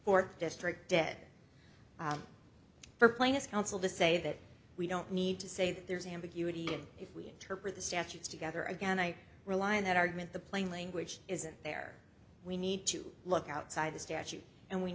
court district dead for plaintiff counsel to say that we don't need to say that there is ambiguity and if we interpret the statutes together again i rely on that argument the plain language isn't there we need to look outside the statute and we